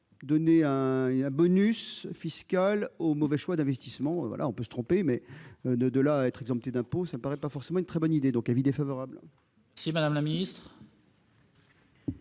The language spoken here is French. donner un bonus fiscal aux mauvais choix d'investissement. On peut se tromper ; de là à être exempté d'impôts, cela ne me paraît pas forcément une très bonne idée. Aussi, l'avis est défavorable sur ces deux amendements.